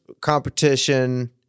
competition